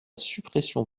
suppression